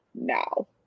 now